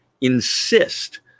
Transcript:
insist